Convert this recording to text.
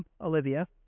Olivia